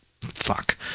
Fuck